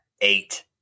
eight